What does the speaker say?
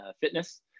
fitness